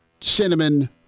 cinnamon